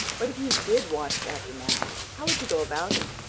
but if you did want to catch a man how would you go about it?